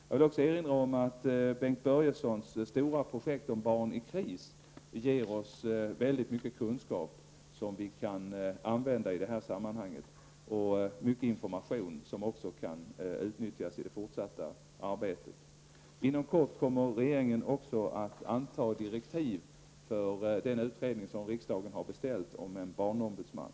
Jag vill också erinra om att Bengt Börjessons stora projekt om barn i kris ger oss mycket stor kunskap som vi kan använda i detta sammanhang och dessutom mycket information som också kan utnyttjas i det fortsatta arbetet. Regeringen kommer också inom kort att anta direktiv för den utredning som riksdagen har beställt om en barnombudsman.